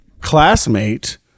classmate